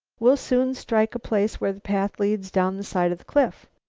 we'll soon strike a place where the path leads down the side of the cliff.